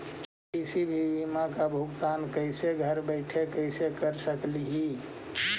किसी भी बीमा का भुगतान कैसे घर बैठे कैसे कर स्कली ही?